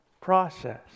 process